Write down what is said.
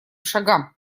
шагам